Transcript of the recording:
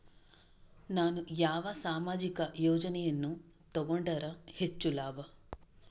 ನಾನು ಯಾವ ಸಾಮಾಜಿಕ ಯೋಜನೆಯನ್ನು ತಗೊಂಡರ ಹೆಚ್ಚು ಲಾಭ?